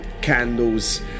candles